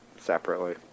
Separately